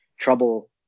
trouble